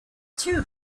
too